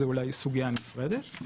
זו אולי סוגייה נפרדת,